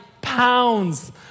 pounds